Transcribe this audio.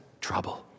trouble